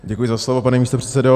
Děkuji za slovo, pane místopředsedo.